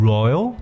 Royal